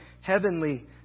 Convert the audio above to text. heavenly